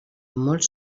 molt